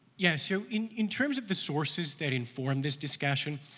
yeah, so in in terms of the sources that inform this discussion,